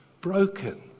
broken